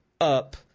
up